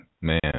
Man